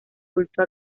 culto